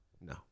no